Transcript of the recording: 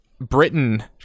Britain